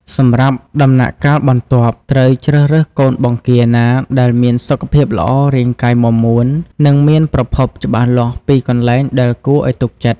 សម្រាប់ដំណាក់កាលបន្ទាប់ ត្រូវជ្រើសរើសកូនបង្គាណាដែលមានសុខភាពល្អ រាងកាយមាំមួន និងមានប្រភពច្បាស់លាស់ពីកន្លែងដែលគួរឲ្យទុកចិត្ត។